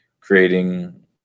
creating